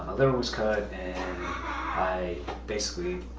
liver was cut, and i basically,